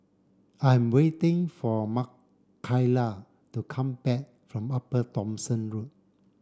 I am waiting for Makaila to come back from Upper Thomson Road